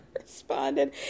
responded